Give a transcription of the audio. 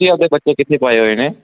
ਤੁਸੀਂ ਆਪਣੇ ਬੱਚੇ ਕਿੱਥੇ ਪਾਏ ਹੋਏ ਨੇ